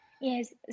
Yes